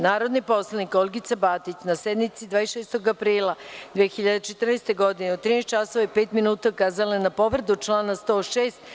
Narodni poslanik Olgica Batić, na sednici 26. aprila 2014. godine, u 13.05 časova, ukazala je na povredu člana 106.